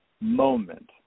moment